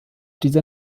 dieser